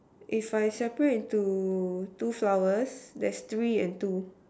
if I separate to two flowers there's three and two